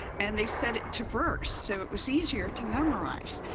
and they set it to verse so it was easier to memorize.